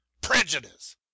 Prejudice